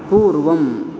पूर्वम्